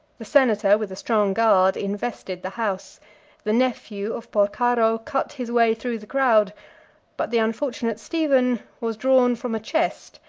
the senator, with a strong guard, invested the house the nephew of porcaro cut his way through the crowd but the unfortunate stephen was drawn from a chest,